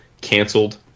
canceled